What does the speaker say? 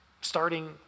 starting